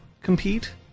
compete